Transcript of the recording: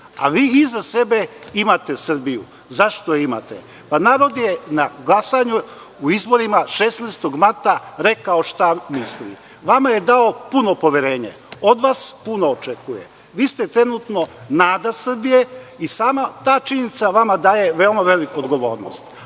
a vi iza sebe imate Srbiju. Zašto je imate? Narod je na glasanju na izborima 16. marta rekao šta misli i vama je dao puno poverenje i od vas puno očekuje. Vi ste trenutno nada Srbije i sama ta činjenica vama daje veoma veliku odgovornost.